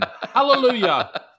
Hallelujah